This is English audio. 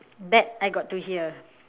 that I got to hear